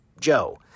Joe